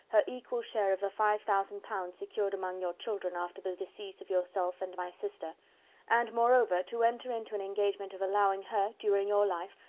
her equal share of the five thousand pounds secured among your children after the decease of yourself yourself and my sister and, moreover, to enter into an engagement of allowing her, during your life,